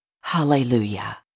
Hallelujah